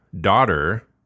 daughter